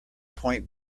point